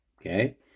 Okay